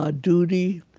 ah duty,